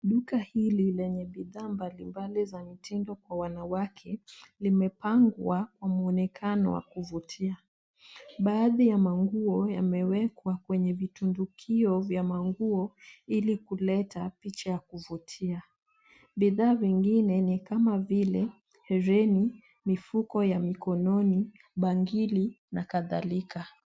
Duka hili lenye bidhaa mbalimbali za mtindo kwa wanawake limepangwa kwa mwonekano wa kuvutia. Baadhi ya manguo yamewekwa kwenye vitundukio vya manguo ili kuleta picha ya kuvutia. Bidhaa vingine ni kama vile hereni, mifuko ya mikononi, bangili na kadhalika.